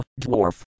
Dwarf